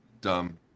dumb